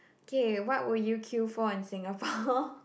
okay what would you queue for in Singapore